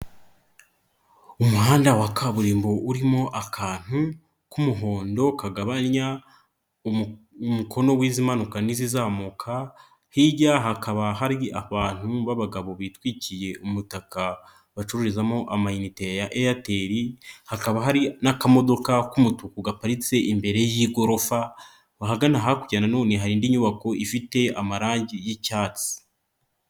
Umuhanda wa kaburimbo urimo akantu k'umuhondo kagabanya umukono w'izimanuka n'izizamuka, hirya hakaba hari abantu b'abagabo bitwikiye umutaka bacururizamo amayinite ya Airtel, hakaba hari n'akamodoka k'umutuku gaparitse imbere y'igorofa ahagana hakurya na none hari indi nyubako ifite amarangi y'icyatsi.